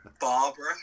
Barbara